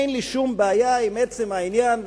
אין לי שום בעיה עם עצם העניין,